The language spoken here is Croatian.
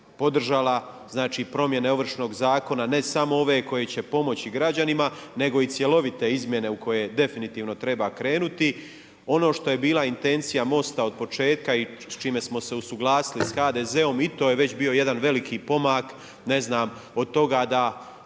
podržala, znači promjene Ovršnog zakona, ne samo ove koji će pomoći građanima nego i cjelovite izmjene u koje definitivno treba krenuti. Ono što je bila intencija MOST-a od početka i s čime smo se usuglasili sa HDZ-om i to je već bio jedan veliki pomak, ne znam